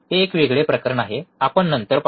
ते एक वेगळे प्रकरण आहे आपण नंतर पाहू